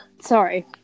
Sorry